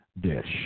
dish